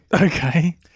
Okay